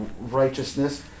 righteousness